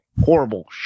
Horrible